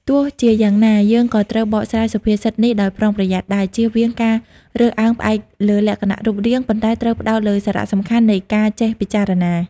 ទោះជាយ៉ាងណា យើងក៏ត្រូវបកស្រាយសុភាសិតនេះដោយប្រុងប្រយ័ត្នដែរ ជៀសវាងការរើសអើងផ្អែកលើលក្ខណៈរូបរាង ប៉ុន្តែត្រូវផ្តោតលើសារសំខាន់នៃការចេះពិចារណា។